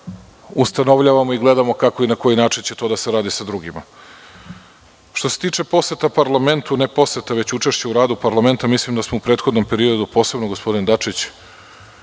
Ustanovljavamo i gledamo kako i na koji način će to da se radi sa drugima. Što se tiče poseta parlamentu, ne poseta, već učešća u radu parlamenta, mislim da smo u prethodnom periodu, posebno gospodin Dačić,